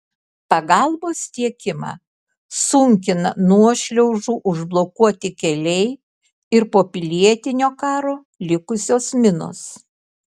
pagalbos tiekimą sunkina nuošliaužų užblokuoti keliai ir po pilietinio karo likusios minos